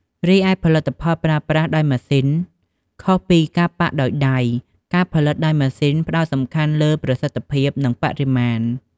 រីឯ ផលិតផលប្រើប្រាស់ដោយម៉ាស៊ីន ខុសពីការប៉ាក់ដោយដៃ ការផលិតដោយម៉ាស៊ីនផ្តោតសំខាន់លើ ប្រសិទ្ធភាព និង បរិមាណ។